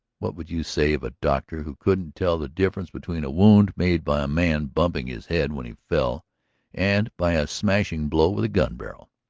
what would you say of a doctor who couldn't tell the difference between a wound made by a man bumping his head when he fell and by a smashing blow with a gun-barrel?